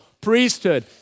priesthood